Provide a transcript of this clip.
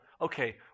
okay